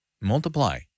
Multiply